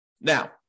Now